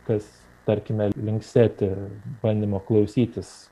kas tarkime link seti bandymo klausytis